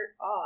off